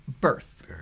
birth